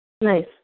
Nice